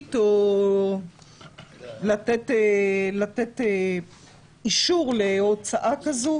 להחליט או לתת אישור להוצאה כזו;